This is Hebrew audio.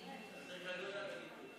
אלי גם מגיע?